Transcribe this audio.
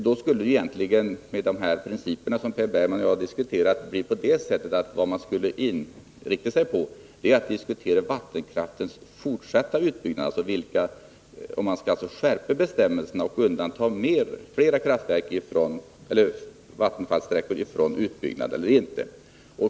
Då skulle vi egentligen, med hänsyn till de principer som Per Bergman och jag diskuterar, inrikta oss på att diskutera vattenkraftens fortsatta utbyggnad, alltså frågan om man skall skärpa bestämmelserna och undanta fler vattenfallssträckor från utbyggnad eller inte.